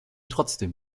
trotzdem